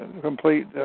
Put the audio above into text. complete